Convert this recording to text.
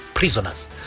prisoners